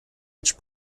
each